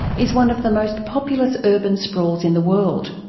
is one of the most populous urban sprawls in the world.